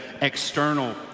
external